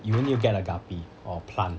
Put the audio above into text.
you will need to get a guppy or plant